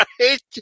right